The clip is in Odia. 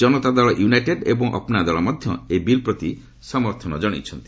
ଜନକତାଦଳ ୟୁନାଇଟେଡ୍ ଏବଂ ଅପ୍ନା ଦଳ ମଧ୍ୟ ଏହି ବିଲ୍ ପ୍ରତି ସମର୍ଥନ ଜଣାଇଛନ୍ତି